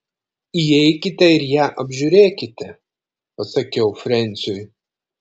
įeikite ir ją apžiūrėkite pasakiau frensiui